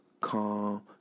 calm